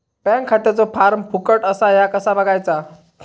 Bank खात्याचो form फुकट असा ह्या कसा बगायचा?